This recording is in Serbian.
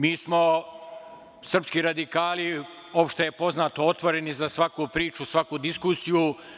Mi srpski radikali smo, kao što je poznato, otvoreni za svaku priču, svaku diskusiju.